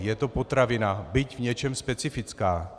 Je to potravina, byť v něčem specifická.